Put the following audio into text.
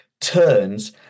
turns